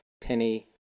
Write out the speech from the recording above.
Penny